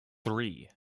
three